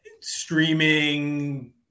Streaming